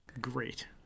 great